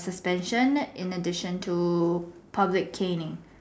suspension in addition to public caning